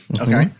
Okay